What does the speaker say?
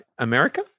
America